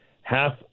Half